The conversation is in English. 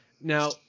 Now